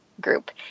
group